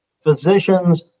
physicians